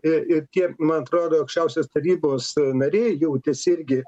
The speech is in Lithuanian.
e ir tiek man atrodo aukščiausios tarybos nariai jautėsi irgi